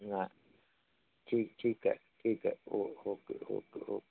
ना ठीक ठीक आहे ठीक आहे ओ ओके ओके हो